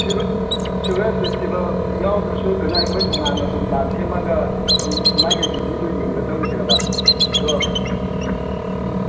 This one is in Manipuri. ꯁꯤꯔꯣꯏ ꯐꯦꯁꯇꯤꯕꯦꯜ ꯌꯥꯎꯗ꯭ꯔꯁꯨ ꯀꯩꯅꯣ ꯑꯩꯈꯣꯏ ꯇꯣꯉꯥꯟꯅ ꯑꯗꯨꯝ ꯄ꯭ꯂꯥꯟ ꯁꯦꯝꯃꯒ ꯃꯥꯒꯤ ꯂꯤꯂꯤꯗꯨ ꯌꯦꯡꯕ ꯆꯠꯂꯨꯁꯤꯔꯕ ꯑꯗꯣ ꯎꯝ